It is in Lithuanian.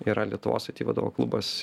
yra lietuvos aiti vadovų klubas